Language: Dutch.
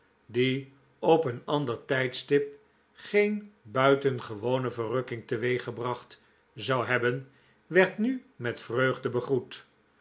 die op een ander tijdstip geen buitengewone verrukking teweeggebracht zou hebben werd nu met vreugde begroet